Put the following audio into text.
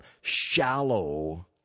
shallow